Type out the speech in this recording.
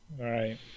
right